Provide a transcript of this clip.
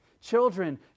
Children